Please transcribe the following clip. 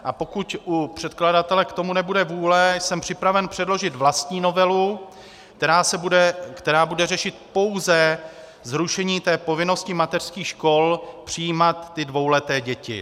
A pokud u předkladatele k tomu nebude vůle, jsem připraven předložit vlastní novelu, která bude řešit pouze zrušení té povinnosti mateřských škol přijímat dvouleté děti.